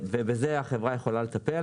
ובזה החברה יכולה לטפל,